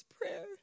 prayer